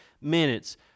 minutes